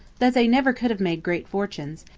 that they never could have made great fortunes,